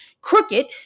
crooked